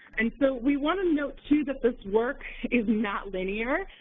and so we want to note, too, that this work is not linear.